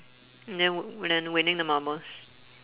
mm and then and then winning the marbles